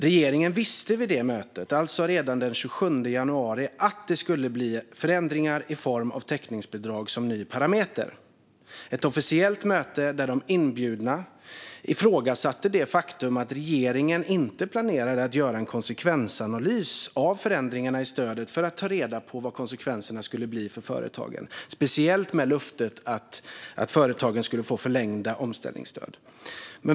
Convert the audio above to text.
Regeringen visste vid det mötet, alltså redan den 27 januari, att det skulle bli förändringar i form av täckningsbidrag som ny parameter. Det var ett officiellt möte där de inbjudna ifrågasatte det faktum att regeringen inte planerar att göra en konsekvensanalys av förändringarna i stödet för att ta reda på vad konsekvenserna skulle bli för företagen, speciellt med löftet att företagen skulle få förlängda omställningsstöd.